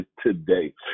today